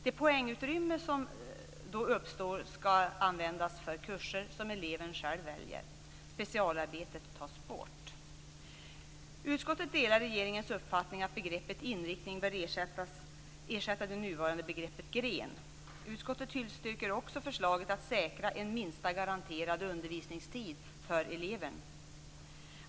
Det poängutrymme som då uppstår skall användas för kurser som eleven själv väljer. Specialarbetet tas bort. Utskottet delar regeringens uppfattning att begreppet inriktning bör ersätta det nuvarande begreppet gren. Utskottet tillstyrker också förslaget om att säkra en minsta garanterad undervisningstid för eleven.